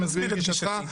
אני מסביר את גישתך.